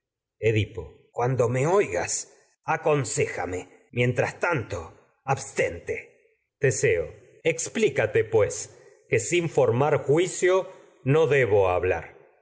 edipo cuando me oigas aconséjame mientras tanto abstente teseo explícate pues que sin formar juicio no debo hablar